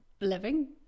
living